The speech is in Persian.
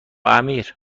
امیر